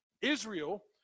Israel